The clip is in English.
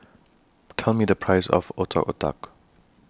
Tell Me The Price of Otak Otak